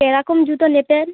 কিরকম জুতো নেবেন